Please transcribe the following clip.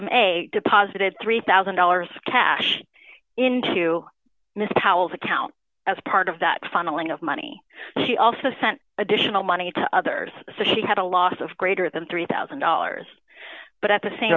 victim deposited three thousand dollars cash into mr cowles account as part of that funneling of money she also sent additional money to others so she had a loss of greater than three one thousand dollars but at the same